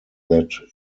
that